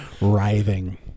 writhing